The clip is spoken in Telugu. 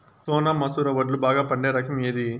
సోనా మసూర వడ్లు బాగా పండే రకం ఏది